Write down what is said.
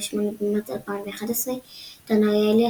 28 במרץ 2011 דן אריאלי,